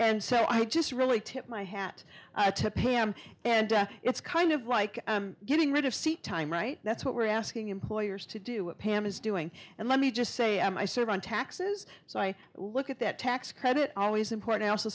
and so i just really tip my hat to pam and it's kind of like getting rid of seat time right that's what we're asking employers to do what pam is doing and let me just say i serve on taxes so i look at that tax credit always important i also